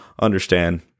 understand